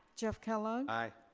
jeff kellogg. i.